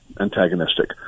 antagonistic